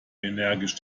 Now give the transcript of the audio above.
energisch